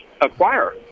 acquire